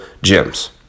gyms